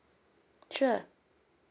sure